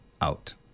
out